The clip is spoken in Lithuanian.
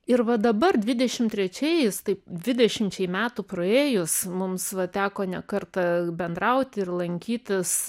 ir va dabar dvidešim trečiais tai dvidešimčiai metų praėjus mums va teko ne kartą bendrauti ir lankytis